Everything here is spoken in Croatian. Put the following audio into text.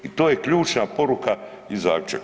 I to je ključna poruka i zaključak.